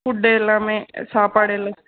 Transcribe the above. food எல்லாமே சாப்பாடு எல்லாம்